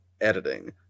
editing